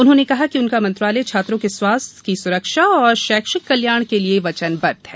उन्होंने कहा कि उनका मंत्रालय छात्रों के स्वास्थ की सुरक्षा और शैक्षिक कल्याण के लिए वचनबद्ध है